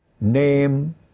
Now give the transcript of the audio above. name